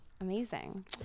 Amazing